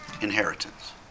inheritance